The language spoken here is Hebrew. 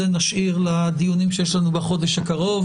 את זה נשאיר לדיונים שיש לנו בחודש הקרוב.